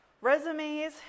Resumes